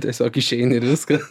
tiesiog išeini ir viskas